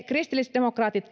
kristillisdemokraatit